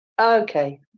okay